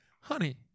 honey